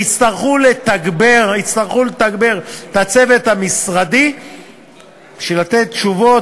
ויצטרכו לתגבר את הצוות המשרדי כדי לתת תשובות.